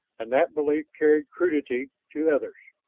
and that belief carried credulity to others.